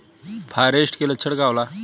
फारेस्ट के लक्षण का होला?